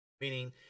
Meaning